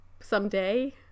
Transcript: someday